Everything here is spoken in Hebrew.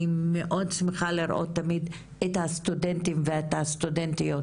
אני מאוד שמחה לראות תמיד את הסטודנטים ואת הסטודנטיות